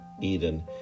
Eden